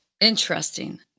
Interesting